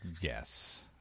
Yes